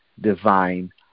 divine